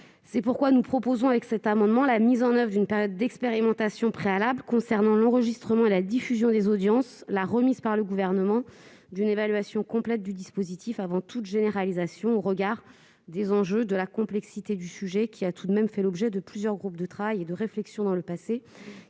C'est pourquoi nous proposons, par cet amendement, la mise en oeuvre d'une période d'expérimentation préalable concernant l'enregistrement et la diffusion des audiences, ainsi que la remise par le Gouvernement d'une évaluation complète du dispositif avant toute généralisation. Au regard des enjeux et de la complexité du sujet, qui a tout de même fait l'objet de plusieurs groupes de travail et de réflexion par le passé,